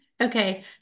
Okay